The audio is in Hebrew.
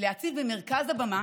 להציב במרכז הבמה